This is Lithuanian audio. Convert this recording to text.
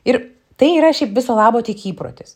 ir tai yra šiaip viso labo tik įprotis